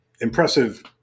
impressive